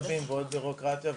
צהרים וערב״.